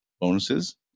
bonuses